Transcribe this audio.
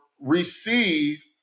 receive